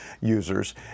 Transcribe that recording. users